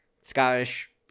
Scottish